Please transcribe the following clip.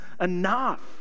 enough